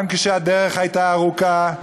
גם כשהדרך הייתה ארוכה,